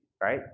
right